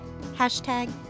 Hashtag